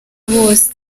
bose